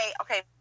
okay